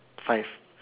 five